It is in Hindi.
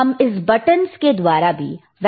हम इन बटनस के द्वारा भी वैल्यू चेंज कर सकते हैं